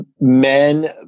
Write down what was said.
men